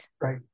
right